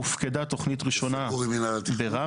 הופקדה תכנית ראשונה ברמלה